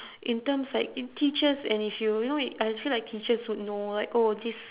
in terms like in teachers and if you you know like I feel like teachers would know like oh this